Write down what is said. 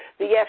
the fda